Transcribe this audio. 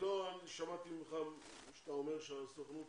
לא שמעתי ממך שאתה אומר שהסוכנות,